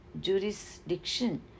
jurisdiction